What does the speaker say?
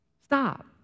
Stop